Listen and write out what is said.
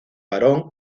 varón